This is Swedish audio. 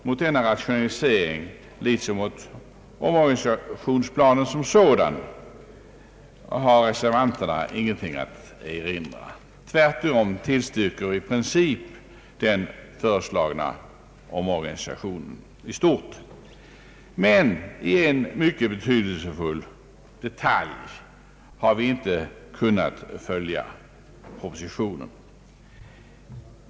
Mot denna rationalisering liksom mot omorganisationsplanen som sådan har reservanterna ingenting att erinra. Vi tillstyrker tvärtom i princip den föreslagna omorganisationen i stort, men beträffande en mycket betydelsefull detalj har vi inte kunnat följa propositionen.